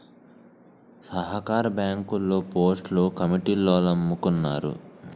సహకార బ్యాంకుల్లో పోస్టులు కమిటీలోల్లమ్ముకున్నారు